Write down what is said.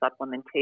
supplementation